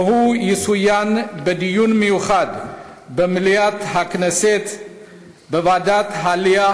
והוא יצוין בדיון מיוחד במליאת הכנסת ובוועדת העלייה,